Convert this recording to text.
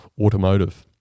automotive